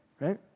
right